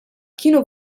kienu